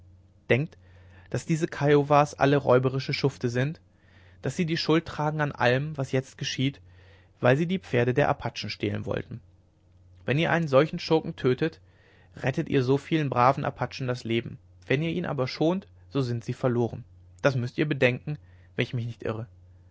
denkt daß diese kiowas alle räuberische schufte sind daß sie die schuld tragen an allem was jetzt geschieht weil sie die pferde der apachen stehlen wollten wenn ihr einen solchen schurken tötet rettet ihr so vielen braven apachen das leben wenn ihr ihn aber schont so sind sie verloren das müßt ihr bedenken wenn ich mich nicht irre